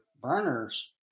burners